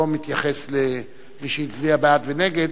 לא מתייחס למי שהצביע בעד ונגד,